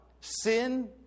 sin